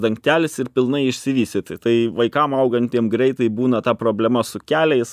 dangtelis ir pilnai išsivystyti tai vaikam augantiem greitai būna ta problema keliais